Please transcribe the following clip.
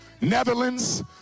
Netherlands